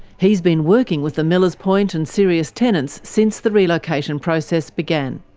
he's been working with the millers point and sirius tenants since the relocation process began.